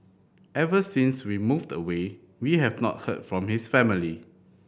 ever since we moved away we have not heard from his family